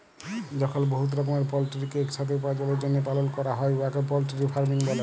যখল বহুত রকমের পলটিরিকে ইকসাথে উপার্জলের জ্যনহে পালল ক্যরা হ্যয় উয়াকে পলটিরি ফার্মিং ব্যলে